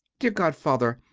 dear godfather,